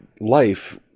life